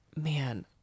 man